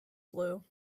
flu